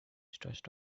trust